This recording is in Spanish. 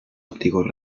ópticos